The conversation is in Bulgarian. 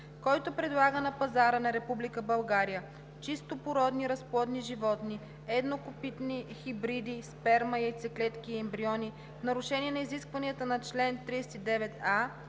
Който предлага на пазара на Република България чистопородни разплодни животни, еднокопитни, хибриди, сперма, яйцеклетки и ембриони в нарушение на изискванията на чл. 39а,